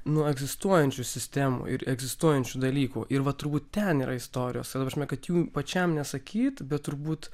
nu egzistuojančių sistemų ir egzistuojančių dalykų ir va turbūt ten yra istorijos savo prasme kad jums pačiam nesakyt bet turbūt